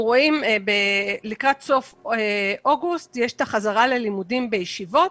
לקראת סוף אוגוסט יש את החזרה ללימודים בישיבות,